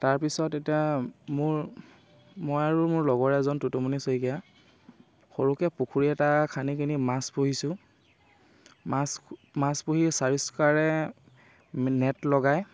তাৰপিছত এতিয়া মোৰ মই আৰু মোৰ লগৰ এজন টুটুমনি শইকীয়া সৰুকে পুখুৰী এটা খানি কিনি মাছ পুহিছোঁ মাছ মাছ পুহি চাৰিষ্কাৰাৰে নেট লগায়